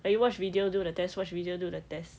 like you watch video do the test watch video do the test